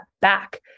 back